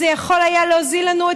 זה יכול היה להוזיל לנו,